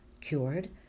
Cured